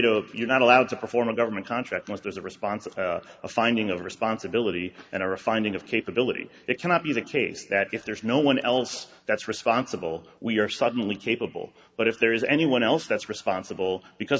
if you're not allowed to perform a government contract because there's a response of a finding of responsibility and or a finding of capability it cannot be the case that if there's no one else that's responsible we are suddenly capable but if there is anyone else that's responsible because